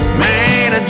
man